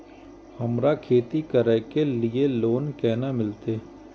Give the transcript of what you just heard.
हमरा खेती करे के लिए लोन केना मिलते?